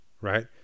right